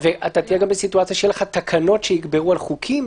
ואתה תהיה גם בסיטואציה שיהיו לך תקנות שיגברו על חוקים.